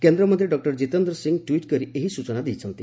କେନ୍ଦ୍ରମନ୍ତ୍ରୀ doctor Jitendra Singh tweet କରି ଏହି ସ୍ଚନା ଦେଇଛନ୍ତି